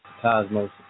Cosmos